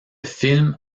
film